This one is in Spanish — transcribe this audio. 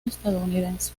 estadounidense